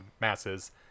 masses